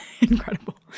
incredible